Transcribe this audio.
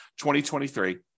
2023